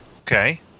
Okay